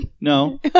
No